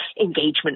engagement